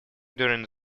during